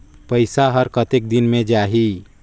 पइसा हर कतेक दिन मे जाही?